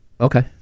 Okay